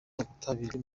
ubutabire